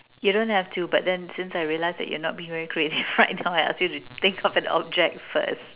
you don't have to but then since I realize that you're not being very creative right now I asked you to think of an object first